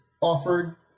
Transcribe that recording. offered